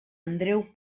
andreu